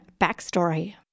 Backstory